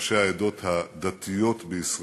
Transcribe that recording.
ראשי העדות הדתיות בישראל,